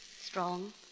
strong